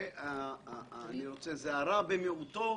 זה הרע במיעוטו,